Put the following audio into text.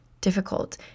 difficult